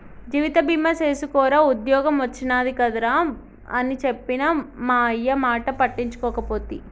జీవిత బీమ సేసుకోరా ఉద్ద్యోగం ఒచ్చినాది కదరా అని చెప్పిన మా అయ్యమాట పట్టించుకోకపోతి